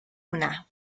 hwnna